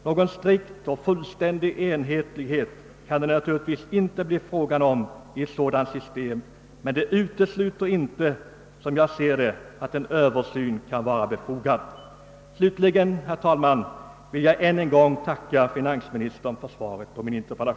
Någon strikt och fullständig enhetlighet kan det naturligtvis aldrig bli fråga om, men det utesluter inte att en översyn kan vara befogad. Jag ber än en gång att få tacka finansministern för svaret.